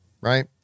right